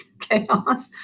chaos